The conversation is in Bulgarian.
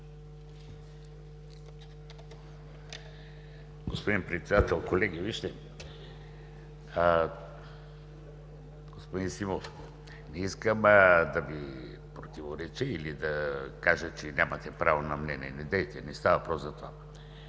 Господин Председател, колеги! Господин Симов, не искам да Ви противореча или да кажа, че нямате право на мнение. Не става въпрос за това.